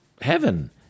Heaven